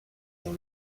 dans